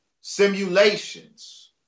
Simulations